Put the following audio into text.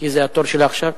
כי התור שלה עכשיו.